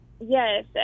Yes